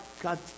God